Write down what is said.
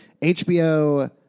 HBO